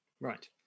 Right